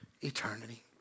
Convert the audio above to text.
eternity